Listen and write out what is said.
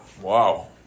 wow